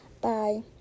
Bye